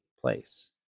place